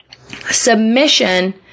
Submission